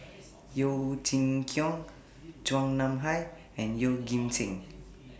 Yeo Chee Kiong Chua Nam Hai and Yeoh Ghim Seng